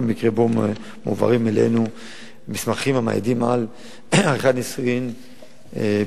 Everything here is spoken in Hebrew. מקרה שבו מועברים אלינו מסמכים המעידים על עריכת נישואי ביגמיה,